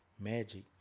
magic